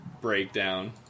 breakdown